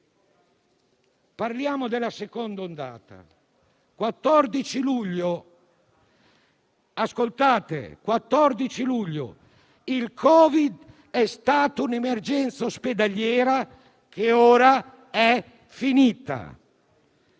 Parliamo della seconda ondata. 14 luglio: «Il Covid-19 è stato una emergenza ospedaliera che ora è finita.